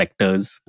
vectors